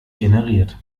generiert